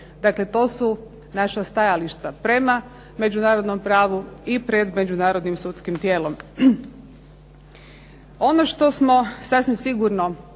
Dakle, to su naša stajališta prema međunarodnom pravu i pred međunarodnim sudskim tijelom. Ono što smo sasvim sigurno